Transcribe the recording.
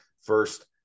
first